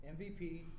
MVP